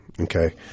Okay